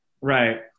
Right